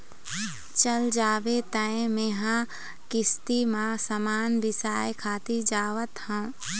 चल जाबे तें मेंहा किस्ती म समान बिसाय खातिर जावत हँव